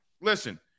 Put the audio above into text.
listen